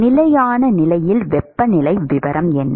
நிலையான நிலையில் வெப்பநிலை விவரம் என்ன